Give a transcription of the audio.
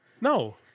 no